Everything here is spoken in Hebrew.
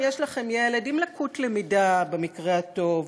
אם יש לכם ילד עם לקות למידה במקרה הטוב,